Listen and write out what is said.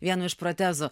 vienu iš protezų